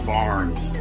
Barnes